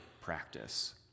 practice